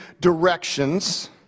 directions